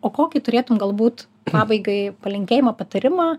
o kokį turėtum galbūt pabaigai palinkėjimą patarimą